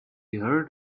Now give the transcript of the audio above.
heard